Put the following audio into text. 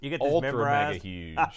ultra-mega-huge